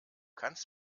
kannst